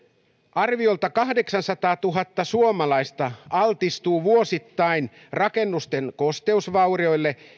arviolta kahdeksansataatuhatta suomalaista altistuu vuosittain rakennusten kosteusvaurioille